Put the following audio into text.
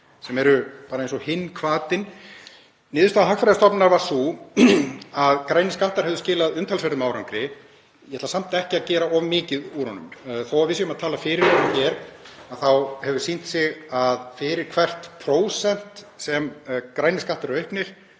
sem eru bara eins og hinn hvatinn. Niðurstaða Hagfræðistofnunar var sú að grænir skattar hefðu skilað umtalsverðum árangri. Ég ætla samt ekki að gera of mikið úr honum. Þó að við séum að tala fyrir honum hér þá hefur það sýnt sig að fyrir hvert prósent sem grænir skattar eru auknir